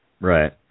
Right